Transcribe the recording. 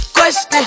Question